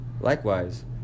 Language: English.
Likewise